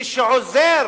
מי שעוזר